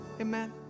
Amen